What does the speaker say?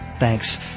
Thanks